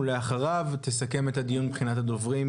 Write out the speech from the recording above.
ולאחריו תסכם את הדיון מבחינת הדוברים,